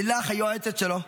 לילך היועצת שלו,